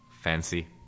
fancy